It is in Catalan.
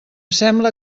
sembla